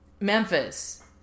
Memphis